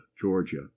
Georgia